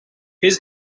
his